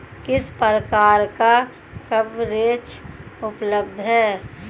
किस प्रकार का कवरेज उपलब्ध है?